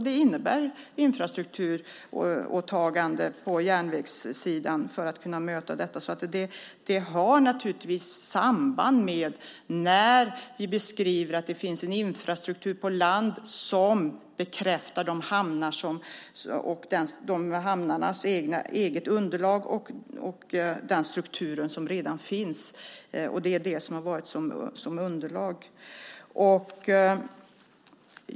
Det innebär infrastrukturåtaganden på järnvägssidan för att kunna möta detta. Det finns naturligtvis ett samband när vi beskriver att det finns en infrastruktur på land, och de hamnarnas eget underlag bekräftar detta när det gäller den struktur som redan finns. Det är det som tjänat som underlag.